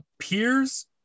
peers